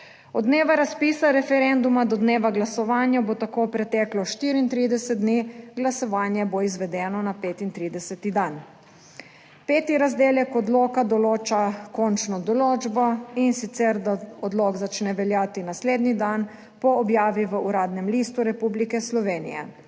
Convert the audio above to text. Od dneva razpisa referenduma do dneva glasovanja bo tako preteklo 34 dni, glasovanje bo izvedeno na 35. dan. Peti razdelek odloka določa končno določbo, in sicer da odlok začne veljati naslednji dan po objavi v Uradnem listu Republike Slovenije.